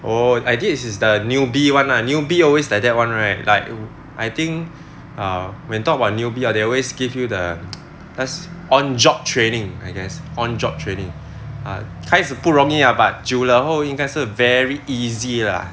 oh err this is the newbie [one] lah newbie always like that [one] right like I think err when talk about newbie ah they always give you the on job training I guess on job training err 开始不容易 lah but 久了后应该是 very easy lah